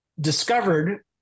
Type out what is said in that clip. discovered